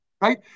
right